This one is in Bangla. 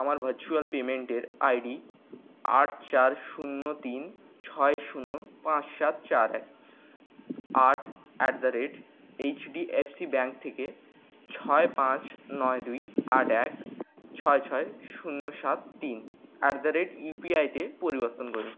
আমার ভার্চুয়াল পেমেন্টের আইডি আট চার শূন্য তিন ছয় শূন্য পাঁচ সাত চার এক আট at the rate HDFC bank থেকে ছয় পাঁচ নয় দুই আট এক ছয় ছয় শূন্য সাত তিন অ্যাট দ্য রেট ইউপিআইতে পরিবর্তন করুন